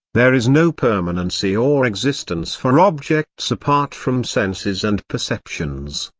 there is no permanency or existence for objects apart from senses and perceptions.